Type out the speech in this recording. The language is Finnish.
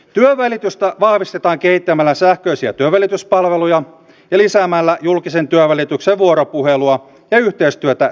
työnvälitystä vahvistetaan kehittämällä sähköisiä työnvälityspalveluja ja lisäämällä julkisen työnvälityksen vuoropuhelua ja yhteistyötä työnantajayritysten kanssa